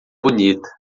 bonita